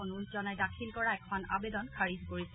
অনুৰোধ জনাই দাখিল কৰা এখন আৱেদন খাৰিজ কৰিছে